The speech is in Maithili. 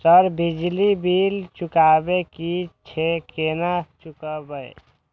सर बिजली बील चुकाबे की छे केना चुकेबे?